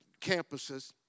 campuses